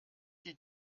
die